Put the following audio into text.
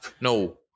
no